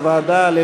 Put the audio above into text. בדבר תוספת תקציב לא